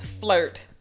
flirt